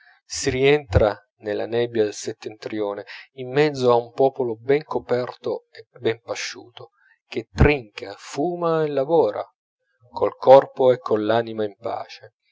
si rientra nella nebbia del settentrione in mezzo a un popolo ben coperto e ben pasciuto che trinca fuma e lavora col corpo e coll'anima in pace